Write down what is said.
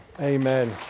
Amen